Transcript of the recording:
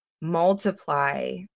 multiply